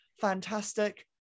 fantastic